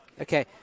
Okay